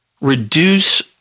reduce